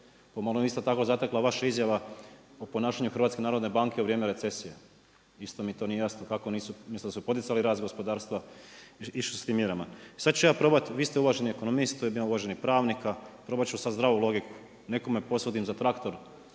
Pomalo me isto tako zatekla vaša izjava o ponašanju Hrvatske narodne banke u vrijeme recesije. Isto mi to nije jasno kako nisu, umjesto da su poticali rast gospodarstva išli su s tim mjerama. Sad ću ja probati, vi ste uvaženi ekonomist, tu …/Govornik se ne razumije./… Probat ću sad zdravu logiku. Nekome posudim za traktor